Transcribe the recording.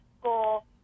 school